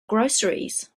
groceries